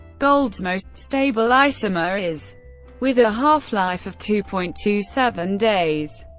gold's most stable isomer is with a half-life of two point two seven days.